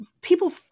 people